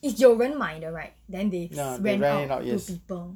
if you went minor right then they went round your people